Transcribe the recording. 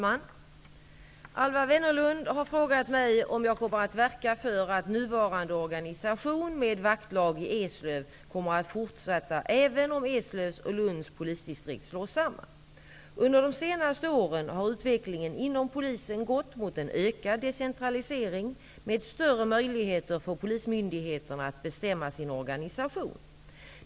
Herr talman! Alwa Wennerlund har frågat mig om jag kommer att verka för att nuvarande organisation med vaktlag i Eslöv kommer att fortsätta även om Eslövs och Lunds polisdistrikt slås samman. Under de senaste åren har utvecklingen inom Polisen gått mot en ökad decentralisering med större möjligheter för polismyndigheterna att bestämma sin organisation.